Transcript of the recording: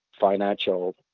financial